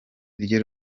iryo